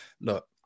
Look